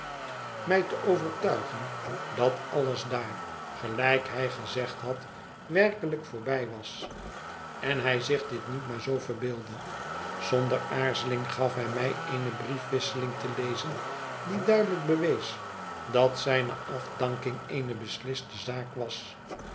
mij te overtuigen dat alles daar gelijk hij gezegd had werkelijk voorbij was en hij zich dit niet maar zoo verbeeldde zonder aarzeling gaf hij mij eene briefwisseling te lezen die duidelijk bewees dat zijne afdanking eene besliste zaak was